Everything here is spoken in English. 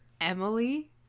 Emily